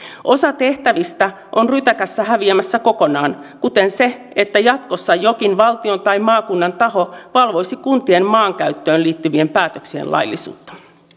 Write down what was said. osa tehtävistä on rytäkässä häviämässä kokonaan kuten se että jatkossa jokin valtion tai maakunnan taho valvoisi kuntien maankäyttöön liittyvien päätöksien laillisuutta